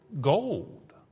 gold